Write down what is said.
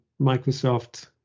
Microsoft